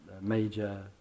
major